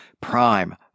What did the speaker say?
prime